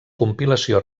compilació